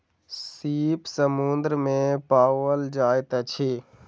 सीप समुद्र में पाओल जाइत अछि